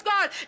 God